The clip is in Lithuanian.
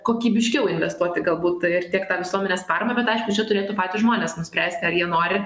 kokybiškiau investuoti galbūt ir tiek tą visuomenės paramą bet aišku čia turėtų patys žmonės nuspręsti ar jie nori